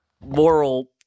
moral